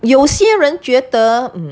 有些人觉得